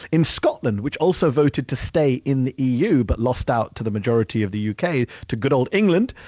in scotland, which also voted to stay in the eu, but lost out to the majority of the u. k, to good old england,